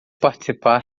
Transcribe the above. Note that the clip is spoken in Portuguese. participar